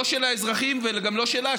לא של האזרחים וגם לא שלה,